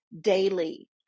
daily